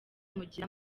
mugire